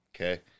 okay